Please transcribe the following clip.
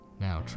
now